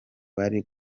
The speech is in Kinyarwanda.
bari